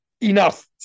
enough